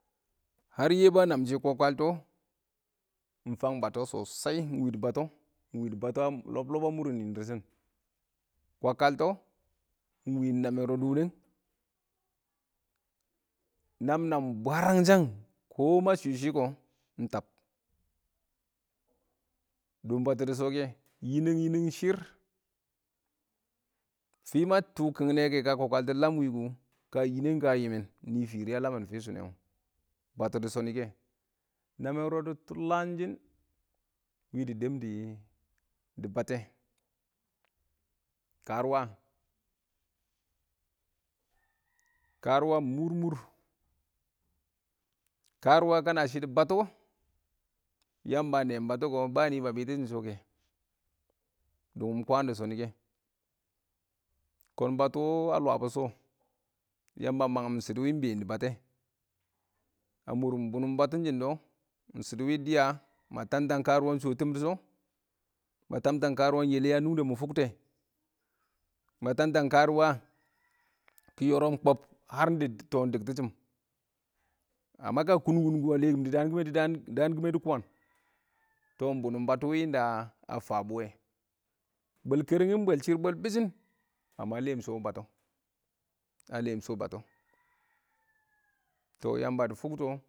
Har Yebu a nab shɪ kwakaltɔ ɪng wɪ dɪ batɔ ɪng fang batɔ sosai ɪng dɪ batɔ lɔb-lɔb a mʊrɪn nɪn dɪɪrr shɪn kwalaltɔ ɪng wɪ namɛn rɔddɔ winəng nam nam bwarang shang kɔ ma shwɪɪ shɪ kɔ, ɪng tab dɔn batɔ dɪ shɔ, kɛ yinəng yinəng shɪrr fɪ ma tɔ kɪngnɛ kɛ ka kwakaltʊ lam wɪ kɔ ka yineng kɔ a nɪbɔ fɪrɪ a lammin fɪshʊ nɛ wɛ batɔ dɪ shʊnɪ nɛ kɛ nammen rɔddɔ tulangshin wɪ dɪ dəm dɪ batɔ kɛ, karʊwa karʊwa ɪng mʊrmʊr, karʊwa kana shɪ dɪ, batɔ Yamba a neem batɔ kɔ nana banɪ ba bɪtɪshɪm shɔkɛ, dʊngʊm kwaa dɪ shɔnɪ kɛ, kɔn batɔ a lwabʊn shɔ. Kɔn Yamba a mangɪn shɪdɔ wɪ ɪng been dɪ batɔ kɛ, a mʊrɪn bʊnʊm batɔn shɪn dɔ, ɪng shɪdɔ wɪ dɪya ma tab tab karʊwa ɪng sɦɔ tɪm dɪ shɔ ma tab tab karuwa ɪng yɛlɛ a nʊngdə mɪ fuktɛ, ma tabtab karʊwa kɪ yɔrɔb har dem tɔ ɪng dɪngtɪshɪm ka kʊnkʊn kʊ, a lɛkɪm dɪ daan kimə dɪ kwaan. Tɔ ɪng bʊnʊm batɔ wɪ ɪng da a fabʊ wɛ, bwɛl kɛrɛngɪ ɪng bwɛl shɪr bwɛl bɪshɪn har lem shɔ batɔ, a lem shɔ batɔ, tɔ Yamba dɪ fʊktɔ.